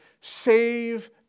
Save